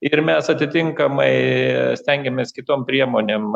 ir mes atitinkamai stengiamės kitom priemonėm